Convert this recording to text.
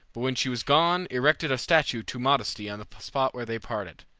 but when she was gone erected a statue to modesty on the spot where they parted.